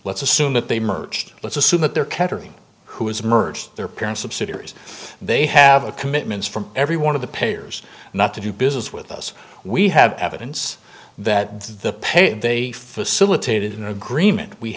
let's assume that they merged let's assume that there kettering who has merged their parents subsidiaries they have a commitment from every one of the payers not to do business with us we have evidence that the pay they facilitated an agreement we